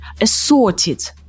assorted